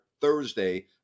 Thursday